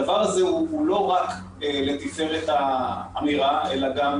הדבר הזה הוא לא רק לתפארת האמירה, אלא גם